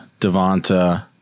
devonta